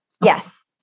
Yes